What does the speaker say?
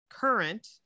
current